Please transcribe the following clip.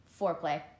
Foreplay